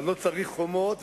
לא צריך חומות,